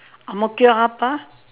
ang mo kio hub lah